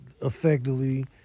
effectively